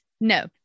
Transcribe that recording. no